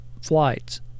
flights